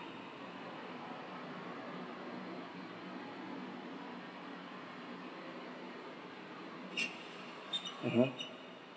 mmhmm